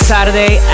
Saturday